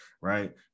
right